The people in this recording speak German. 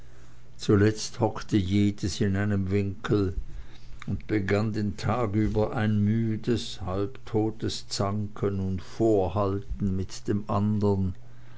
zuletzt hockte jedes in einem winkel und begann den tag über ein müdes halbtotes zanken und vorhalten mit dem andern